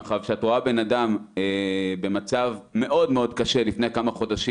כשאת רואה בן אדם במצב מאוד מאוד קשה לפני כמה חודשים